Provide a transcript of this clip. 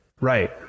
Right